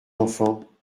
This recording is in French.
enfants